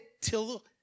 till